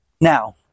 Now